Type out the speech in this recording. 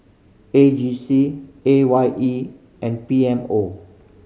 A G C A Y E and P M O